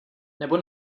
nebo